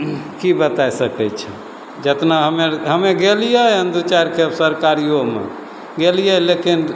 कि बतै सकै छौँ जतना हमे आओर हमे गेलिए हँ दुइ चारि खेप सरकारिओमे गेलिए लेकिन